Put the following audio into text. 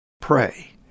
pray